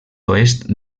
oest